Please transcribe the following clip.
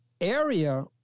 area